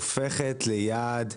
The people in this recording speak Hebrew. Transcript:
הופכת ליעד,